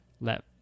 let